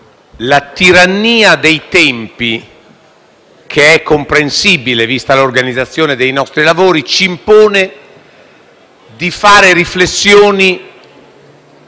la tirannia dei tempi, che è comprensibile vista l'organizzazione dei nostri lavori, ci impone di fare riflessioni